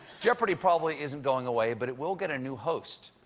jeopardy! probably isn't going away, but it will get a new host.